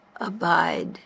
abide